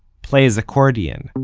play his accordion